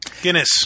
Guinness